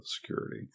security